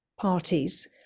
parties